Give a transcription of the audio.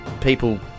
people